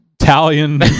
Italian